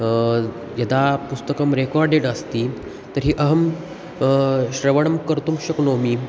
यदा पुस्तकं रेकार्डेड् अस्ति तर्हि अहं श्रवणं कर्तुं शक्नोमि